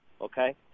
okay